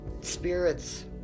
spirits